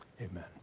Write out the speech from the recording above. Amen